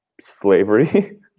slavery